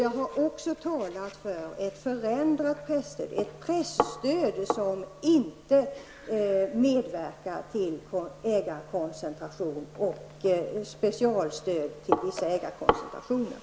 Jag har också talat för ett förändrat presstöd, ett presstöd som inte medverkar till ägarkoncentration och specialstöd till vissa ägarkonstruktioner.